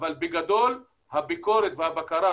אבל בגדול הביקורת והבקרה,